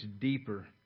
deeper